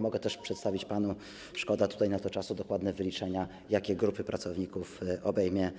Mogę też przedstawić panu, szkoda tutaj na to czasu, dokładne wyliczenia, jakie grupy pracowników obejmie